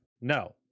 no